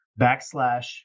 backslash